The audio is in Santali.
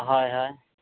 ᱦᱳᱭ ᱦᱳᱭ